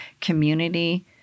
community